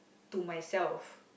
to myself